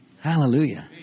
Hallelujah